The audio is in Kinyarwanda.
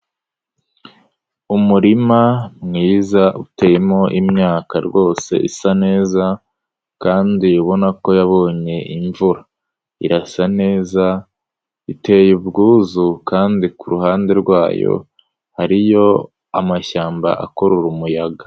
Umurima mwiza uteyemo imyaka rwose isa neza kandi ubona ko yabonye imvura, irasa neza, iteye ubwuzu kandi ku ruhande rwayo hariyo amashyamba akurura umuyaga.